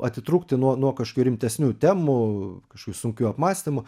atitrūkti nuo nuo kažkokių rimtesnių temų kažkokių sunkių apmąstymų